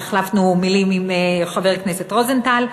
החלפנו מילים עם חבר הכנסת רוזנטל,